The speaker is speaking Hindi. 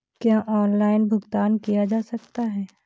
क्या ऑनलाइन भुगतान किया जा सकता है?